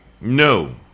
No